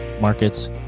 markets